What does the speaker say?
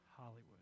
Hollywood